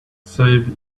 save